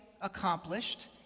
accomplished